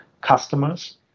customers